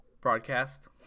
broadcast